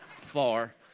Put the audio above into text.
Far